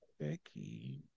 Becky